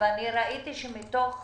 כי לי יש הרבה